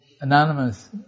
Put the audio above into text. anonymous